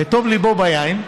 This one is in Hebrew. כטוב ליבו ביין,